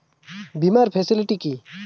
বীমার ফেসিলিটি কি?